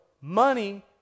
money